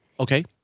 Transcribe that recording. Okay